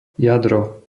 jadro